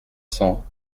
cent